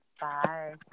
Bye